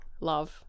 love